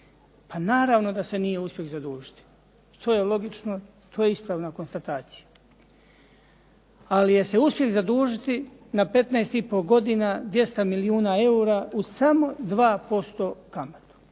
Pa naravno da se nije uspjeh zadužiti. To je logično, to je ispravna konstatacija. Ali je se uspjeh zadužiti na 15 i pol godina, 200 milijuna eura uz samo 2% kamatu.